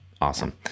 awesome